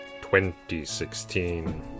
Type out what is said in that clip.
2016